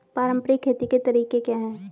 पारंपरिक खेती के तरीके क्या हैं?